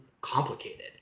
complicated